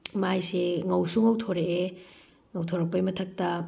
ꯃꯥꯏꯁꯦ ꯉꯧꯁꯨ ꯉꯧꯊꯣꯔꯛꯑꯦ ꯉꯧꯊꯣꯔꯛꯄꯩ ꯃꯊꯛꯇ